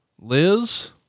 Liz